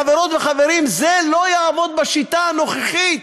חברות וחברים, זה לא יעבוד בשיטה הנוכחית.